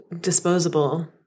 disposable-